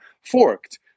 forked